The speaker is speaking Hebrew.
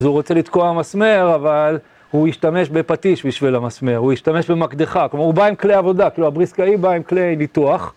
אז הוא רוצה לתקוע מסמר, אבל הוא ישתמש בפטיש בשביל המסמר, הוא ישתמש במקדחה, כלומר הוא בא עם כלי עבודה, כאילו הבריסקאי בא עם כלי ליטוח.